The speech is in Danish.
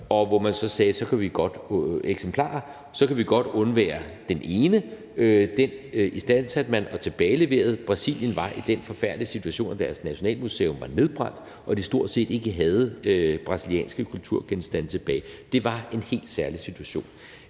og hvor man sagde: Så kan vi godt undvære den ene. Den istandsatte og tilbageleverede man. Brasilien var i den forfærdelige situation, at deres nationalmuseum var nedbrændt og det stort set ikke havde brasilianske kulturgenstande tilbage. Det var en helt særlig situation.